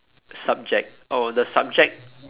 subject oh the subject